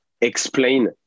explain